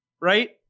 right